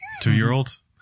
two-year-olds